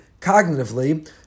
cognitively